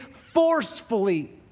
forcefully